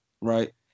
right